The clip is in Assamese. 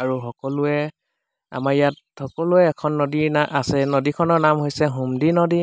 আৰু সকলোৱে আমাৰ ইয়াত সকলোৱে এখন নদী ন আছে নদীখনৰ নাম হৈছে সুমদি নদী